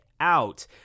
out